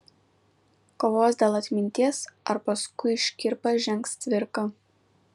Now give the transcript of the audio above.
kovos dėl atminties ar paskui škirpą žengs cvirka